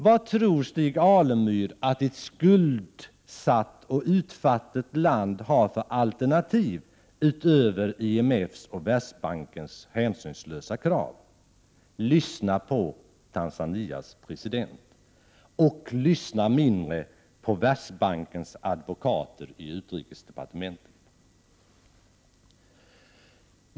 Vad tror Alemyr att ett skuldsatt och utfattigt land har för alternativ utöver IMF:s och Världsbankens hänsynslösa krav? Lyssna på Tanzanias president, och mindre på Världsbankens advokater i utrikesdepartementet!